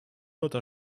luther